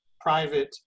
private